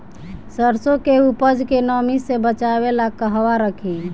सरसों के उपज के नमी से बचावे ला कहवा रखी?